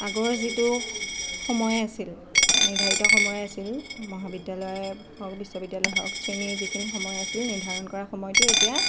আগৰ যিটো সময় আছিল নিৰ্ধাৰিত সময় আছিল মহাবিদ্যালয় হওক বিশ্ববিদ্যালয় হওক শ্ৰেণীৰ যিখিনি সময় আছিল নিৰ্ধাৰণ কৰা সময়টো এতিয়া